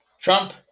Trump